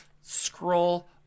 scroll